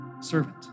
servant